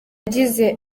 yagize